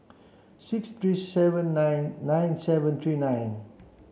six three seven nine nine seven three nine